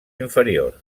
inferiors